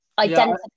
Identify